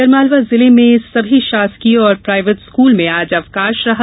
आगरमालवा जिले में सभी शासकीय और प्रायवेट स्कूल में आज अवकाश रहा